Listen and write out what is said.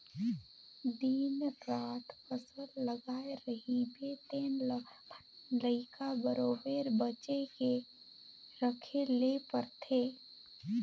दिन रात फसल लगाए रहिबे तेन ल अपन लइका बरोबेर बचे के रखे ले परथे